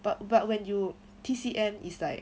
but but when you T_C_M is like